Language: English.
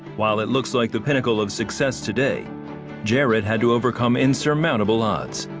while it looks like the pinnacle of success today jared had to overcome insurmountable odds.